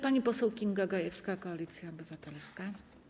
Pani poseł Kinga Gajewska, Koalicja Obywatelska.